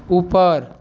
ऊपर